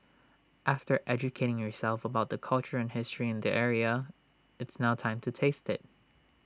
after educating yourself about the culture and history in the area it's now time to taste IT